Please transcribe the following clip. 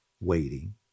waiting